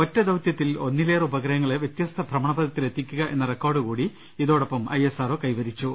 ഒറ്റദൌത്യത്തിൽ ഒന്നിലേറെ ഉപഗ്രഹങ്ങളെ വ്യത്യസ്ത ഭ്രമണപഥത്തിലെത്തിക്കുക എന്ന റെക്കോർഡുകൂടി ഇതോടൊപ്പം ഐ എസ് ആർ ഒ കൈവരിച്ചു